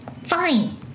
Fine